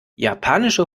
japanische